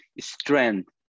strength